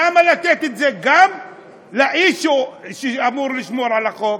למה לתת את זה גם לאיש שאמור לשמור על החוק?